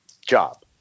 job